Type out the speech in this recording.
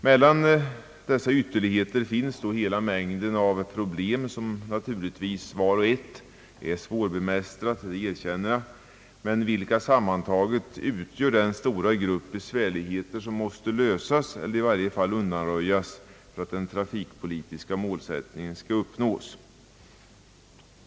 Mellan dessa ytterligheter finns så hela mängden av problem, som naturligtvis vart och ett är svårbemästrat — det erkänner jag — men som tillsammans utgör den stora grupp av besvärligheter som man måste komma till rätta med eller i varje fall skjuta undan för att den trafikpolitiska målsättningen skall uppnås.